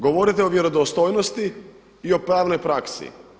Govorite o vjerodostojnosti i o pravnoj praksi.